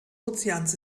ozeans